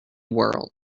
world